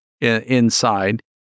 inside